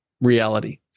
reality